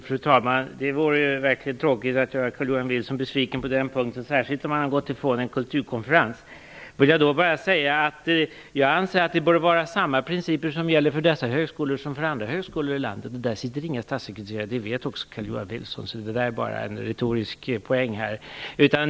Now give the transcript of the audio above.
Fru talman! Det vore verkligen tråkigt att göra Carl-Johan Wilson besviken på den punkten, särskilt om han har gått ifrån en kulturkonferens. Jag vill då bara säga att jag anser att det bör vara samma principer som gäller för dessa högskolor som för andra högskolor i landet, och där sitter inga statssekreterare. Det vet också Carl-Johan Wilson. Det där var bara en retorisk poäng.